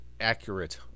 accurate